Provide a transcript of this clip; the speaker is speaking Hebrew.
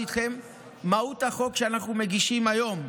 מהות החוק שאנחנו מגישים היום,